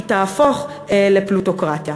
היא תהפוך לפלוטוקרטיה.